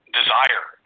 desire